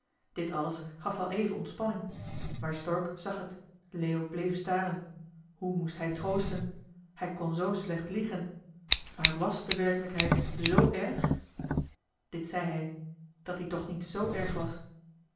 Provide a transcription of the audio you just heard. dit alles gaf wel even ontspanning maar stork zag het leo bleef staren hoe moest hij troosten hij kon zoo slecht liegen maar wàs de werkelijkheid z erg dit zei hij dat die toch niet z erg was